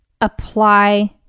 apply